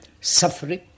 suffering